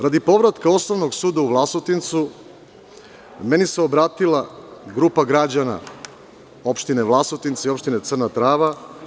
Radi povratka osnovnog suda u Vlasotincu, meni se obratila grupa građana opštine Vlasotince i Opštine Crna Trava.